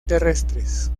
terrestres